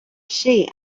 she